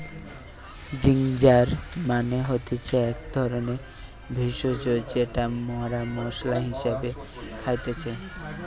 ginger মানে হতিছে একটো ধরণের ভেষজ যেটা মরা মশলা হিসেবে খাইতেছি